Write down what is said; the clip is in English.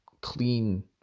clean